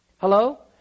Hello